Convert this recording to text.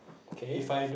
okay